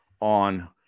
on